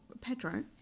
pedro